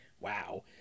wow